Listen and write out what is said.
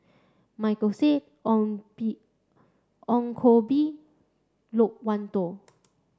Michael Seet Ong Bee Ong Koh Bee Loke Wan Tho